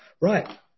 right